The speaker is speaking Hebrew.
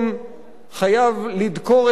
חייב לדקור את העין,